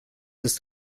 ist